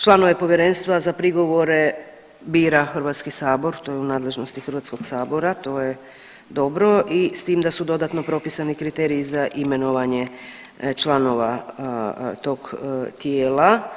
Članove povjerenstva za prigovore bira Hrvatski sabor, to je u nadležnosti Hrvatskog sabora, to je dobro i s tim da su dodatno propisani kriteriji za imenovanje članova tog tijela.